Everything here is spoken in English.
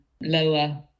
lower